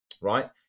right